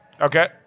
Okay